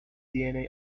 dna